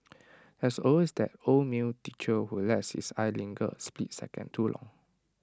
there's always that old male teacher who lets his eyes linger A split second too long